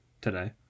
today